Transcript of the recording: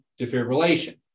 defibrillation